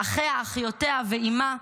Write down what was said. אחיותיה ואימה,